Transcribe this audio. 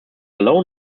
alone